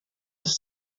ist